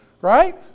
Right